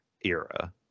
era